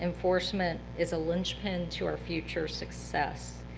enforcement is a linchpin to our future success.